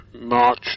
March